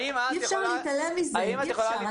אי אפשר להתעלם מזה, אי אפשר.